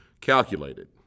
calculated